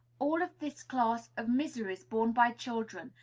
all of this class of miseries borne by children,